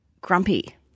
grumpy